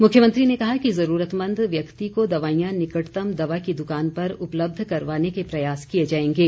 मुख्यमंत्री ने कहा कि जरूरतमंद व्यक्ति को दवाईयां निकटतम दवा की दुकान पर उपलब्ध करवाने के प्रयास किए जाएंगे